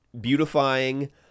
beautifying